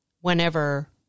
whenever